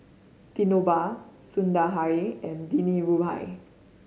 Dinoba Sundaraiah and Dhirubhai